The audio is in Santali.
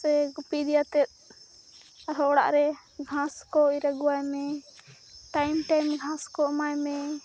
ᱥᱮ ᱜᱩᱯᱤ ᱤᱫᱤ ᱠᱟᱛᱮ ᱟᱨᱦᱚ ᱚᱲᱟᱜ ᱨᱮ ᱜᱷᱟᱸᱥ ᱠᱚ ᱤᱨ ᱟᱜᱩᱣᱟᱭᱢᱮ ᱴᱟᱭᱤᱢ ᱴᱟᱭᱤᱢ ᱜᱷᱟᱸᱥ ᱠᱚ ᱮᱢᱟᱭᱢᱮ